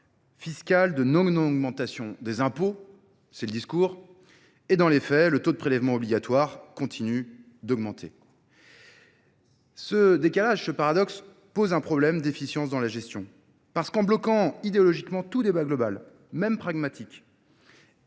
fiscale de non augmentation des impôts, c'est le discours, et dans les faits le taux de prélèvement obligatoire continue d'augmenter. Ce décalage, ce paradoxe, pose un problème d'efficience dans la gestion, parce qu'en bloquant idéologiquement tout débat global, même pragmatique,